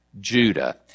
Judah